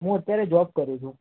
હું અત્યારે જોબ કરું છું